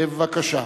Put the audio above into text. בבקשה.